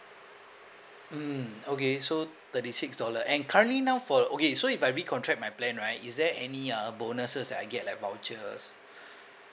mm okay so thirty six dollar and currently now for okay so if I recontract my plan right is there any uh bonuses that I get like vouchers